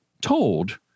told